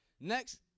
Next